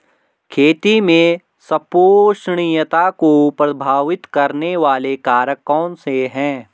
खेती में संपोषणीयता को प्रभावित करने वाले कारक कौन से हैं?